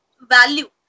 value